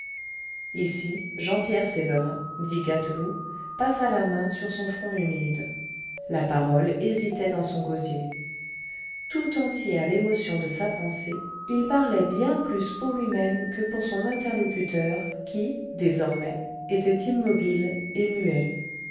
ici jean pierre sévérin dit gâteloup passa la main sur son front humide la parole hésitait dans son gosier tout entier à l'émotion de sa pensée il parlait bien plus pour lui-même que pour son interlocuteur qui désormais était immobile et muet